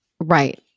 Right